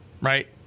right